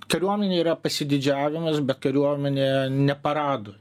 kariuomenė yra pasididžiavimas bet kariuomenėje ne paradu